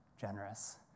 generous